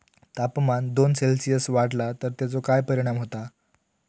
तापमान दोन सेल्सिअस वाढला तर तेचो काय परिणाम होता?